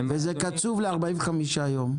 זה קצוב ל-45 ימים.